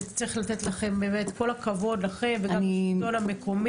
כל הכבוד לכם וגם לשלטון המקומי.